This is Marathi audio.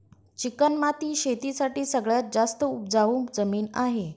चिकणी माती शेती साठी सगळ्यात जास्त उपजाऊ जमीन आहे